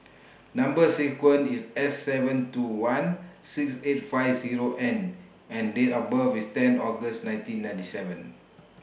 Number sequence IS S seven two one six eight five Zero N and Date of birth IS ten August nineteen ninety seven